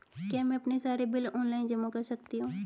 क्या मैं अपने सारे बिल ऑनलाइन जमा कर सकती हूँ?